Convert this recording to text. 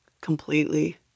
completely